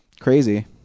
Crazy